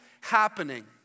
happening